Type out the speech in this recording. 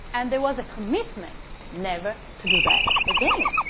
and there was a commitment never to do that again.